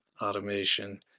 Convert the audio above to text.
automation